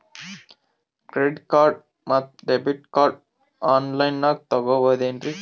Credit card ಮತ್ತು debit card ಆನ್ ಲೈನಾಗ್ ತಗೋಬಹುದೇನ್ರಿ?